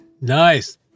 Nice